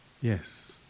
Yes